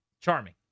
Charming